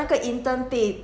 他还是得回去